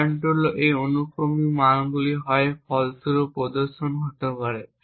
কারণ হল এই অনুক্রমিক মানগুলি হয় ফলস্বরূপ প্রদর্শিত হতে পারে